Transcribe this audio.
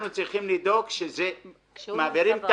אנחנו צריכים לדאוג שכאשר מעבירים את